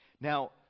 Now